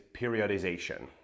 periodization